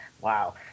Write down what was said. Wow